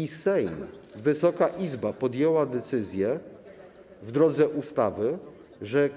I Sejm, Wysoka Izba podjęła decyzję, w drodze ustawy, że